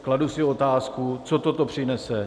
Kladu si otázku, co toto přinese.